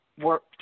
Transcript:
work